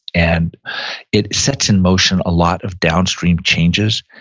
and it sets in motion a lot of downstream changes,